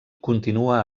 continua